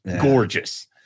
gorgeous